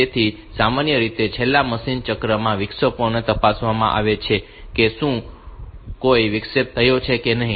તેથી સામાન્ય રીતે છેલ્લા મશીન ચક્રમાં વિક્ષેપોને તપાસવામાં આવે છે કે શું કોઈ વિક્ષેપ થયો છે કે નહીં